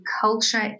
culture